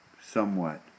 Somewhat